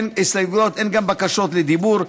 אין גם בקשות לדיבור.